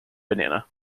banana